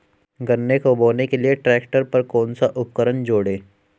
गन्ने को बोने के लिये ट्रैक्टर पर कौन सा उपकरण जोड़ें?